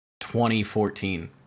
2014